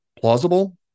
plausible